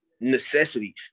necessities